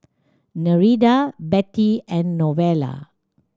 Nereida Bettie and Novella